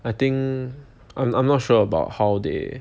I think I'm I'm not sure about how they